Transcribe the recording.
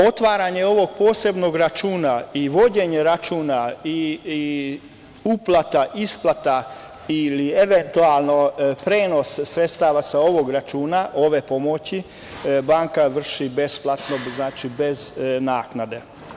Otvaranje ovog posebnog računa, vođenje računa, uplata, isplata ili eventualno prenos sredstava sa ovog računa ove pomoći banka vrši besplatno, znači bez naknade.